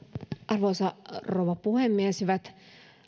arvoisa rouva puhemies hyvät